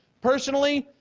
personally,